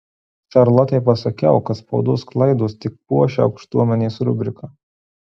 šarlotei pasakiau kad spaudos klaidos tik puošia aukštuomenės rubriką